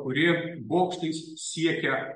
kuri bokštais siekia